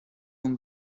اون